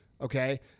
Okay